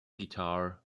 guitar